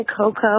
Coco